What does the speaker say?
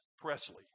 Presley